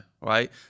Right